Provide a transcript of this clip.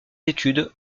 études